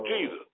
Jesus